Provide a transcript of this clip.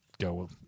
go